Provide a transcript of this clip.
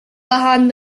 behind